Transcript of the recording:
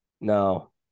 No